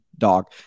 Dog